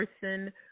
person